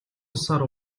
усаар